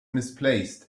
misplaced